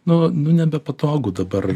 nu nu nebepatogu dabar